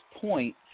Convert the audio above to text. point